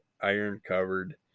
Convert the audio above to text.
iron-covered